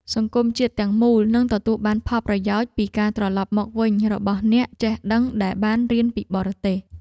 សង្គមជាតិទាំងមូលនឹងទទួលបានផលប្រយោជន៍ពីការត្រឡប់មកវិញរបស់អ្នកចេះដឹងដែលបានរៀនពីបរទេស។